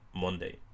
Monday